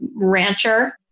rancher